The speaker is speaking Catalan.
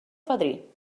fadrí